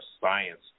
science